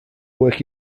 work